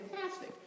fantastic